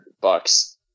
bucks